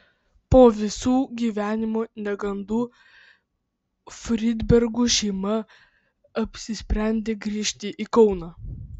po visų gyvenimo negandų fridbergų šeima apsisprendė grįžti į kauną